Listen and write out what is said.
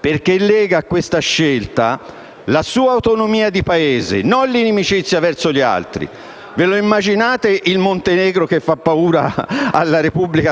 perché lega a questa scelta la sua autonomia di Paese e non l'inimicizia verso gli altri. Ve lo immaginate il Montenegro che fa paura alla